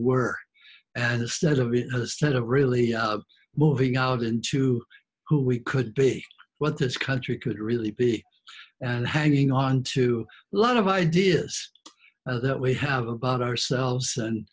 to really moving out into who we could be what this country could really be and hanging on to a lot of ideas that we have about ourselves and